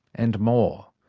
and more.